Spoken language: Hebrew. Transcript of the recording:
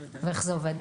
ואיך זה עובד?